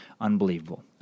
Unbelievable